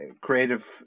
creative